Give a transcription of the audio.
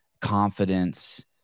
confidence